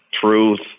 truth